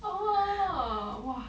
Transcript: oh !wah!